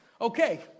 okay